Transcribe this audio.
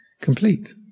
complete